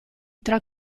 tra